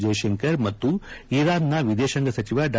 ಜೈಶಂಕರ್ ಮತ್ತು ಇರಾನ್ನ ವಿದೇಶಾಂಗ ಸಚಿವ ಡಾ